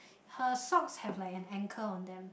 her socks have like an angle on them